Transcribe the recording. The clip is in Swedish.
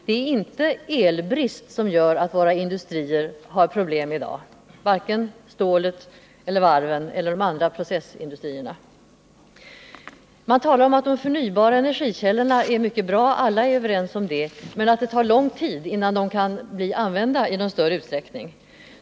Det är inte elbrist som gör att stålindustrin, varvsindustrin eller andra processindustrier har problem i dag. Man talar om att de förnybara energikällorna är bra — alla är överens om det — men att det kan ta lång tid innan de i någon utsträckning kan användas.